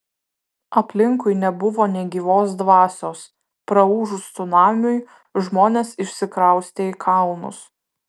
aplinkui nebuvo nė gyvos dvasios praūžus cunamiui žmonės išsikraustė į kalnus